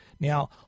Now